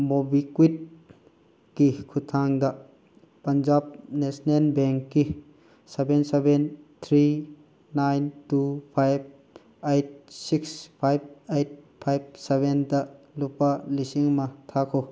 movie ꯀꯨꯋꯤꯠꯀꯤ ꯈꯨꯠꯊꯥꯡꯗ Punjab national ꯕꯦꯡꯀꯤ seven seven three nine two five eight six five eight five ꯁꯕꯦꯟꯗ ꯂꯨꯄꯥ ꯂꯤꯁꯤꯡ ꯑꯃ ꯊꯥꯈꯣ